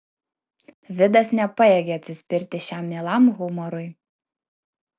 vidas nepajėgė atsispirti šiam mielam humorui